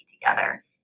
together